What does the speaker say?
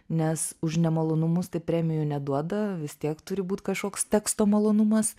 nes už nemalonumus tai premijų neduoda vis tiek turi būt kažkoks teksto malonumas